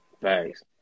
thanks